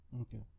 okay